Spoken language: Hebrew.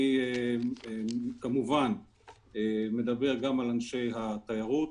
אני אגיד את זה בקצרה: